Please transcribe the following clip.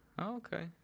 Okay